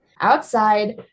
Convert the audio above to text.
outside